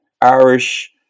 Irish